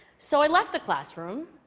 so i left the classroom,